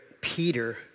Peter